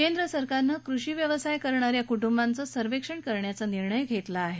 केंद्र सरकारनं कृषी व्यवसाय करणा या कुटुंबाचं सर्वेक्षण करण्याचा निर्णय घेतला आहे